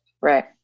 Right